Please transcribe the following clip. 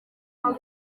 hano